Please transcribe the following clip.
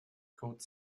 côte